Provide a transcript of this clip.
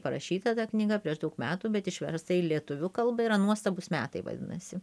parašyta ta knyga prieš daug metų bet išversta į lietuvių kalbą yra nuostabūs metai vadinasi